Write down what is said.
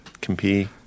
Compete